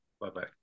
Bye-bye